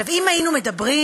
עכשיו, אם היינו מדברים